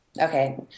Okay